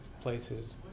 places